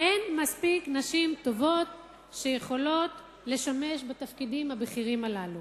אין מספיק נשים טובות שיכולות לשמש בתפקידים הבכירים הללו,